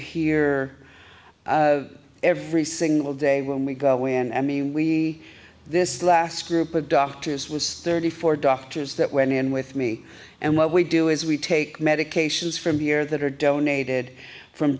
hear every single day when we go when i mean we this last group of doctors was thirty four doctors that went in with me and what we do is we take medications from here that are donated from